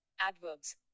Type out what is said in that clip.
adverbs